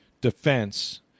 defense